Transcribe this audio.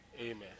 Amen